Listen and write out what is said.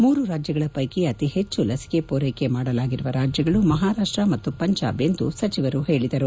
ಮೂರು ರಾಜ್ಯಗಳ ವೈಕಿ ಅತಿ ಹೆಚ್ಚು ಲಸಿಕೆ ಪೂರೈಕೆ ಮಾಡಲಾಗಿರುವ ರಾಜ್ಯಗಳು ಮಹಾರಾಷ್ಟ ಮತ್ತು ಪಂಜಾಬ್ ಎಂದು ಸಚಿವರು ಹೇಳಿದರು